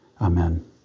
Amen